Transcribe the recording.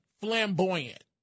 flamboyant